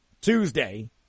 Tuesday